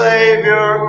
Savior